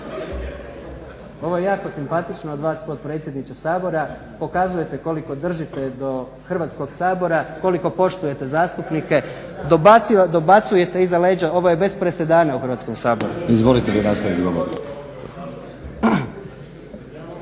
Ovo je jako simpatično od vas potpredsjedniče Sabora, pokazujete koliko držite do Hrvatskog sabora, koliko poštujete zastupnike, dobacujete iza leđa. Ovo je bez presedana u Hrvatskom saboru. **Stazić, Nenad (SDP)**